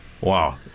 Wow